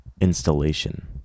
Installation